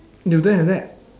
you don't have that